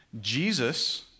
Jesus